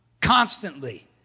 constantly